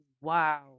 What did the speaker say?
wow